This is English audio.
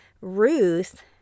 Ruth